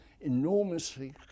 enormously